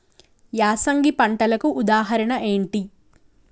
యాసంగి పంటలకు ఉదాహరణ ఏంటి?